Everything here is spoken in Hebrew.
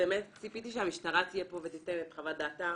באמת ציפיתי שהמשטרה תהיה פה ותיתן את חוות דעתה.